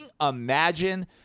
imagine